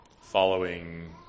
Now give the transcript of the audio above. following